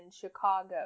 Chicago